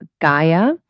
Gaia